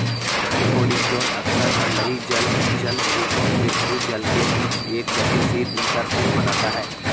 hyporheic zone अक्सर सतही जल जलभृतों से भूजल के बीच एक गतिशील इंटरफ़ेस बनाता है